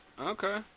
okay